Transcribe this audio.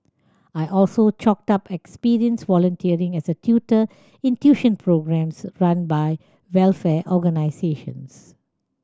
I also chalked up experience volunteering as a tutor in tuition programmes run by welfare organisations